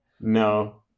no